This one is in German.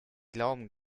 glauben